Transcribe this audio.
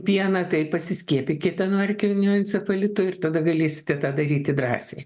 pieną tai pasiskiepykite nuo erkinio encefalito ir tada galėsite tą daryti drąsiai